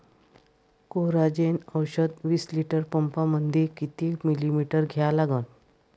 Coragen औषध विस litre पंपामंदी किती मिलीमिटर घ्या लागन?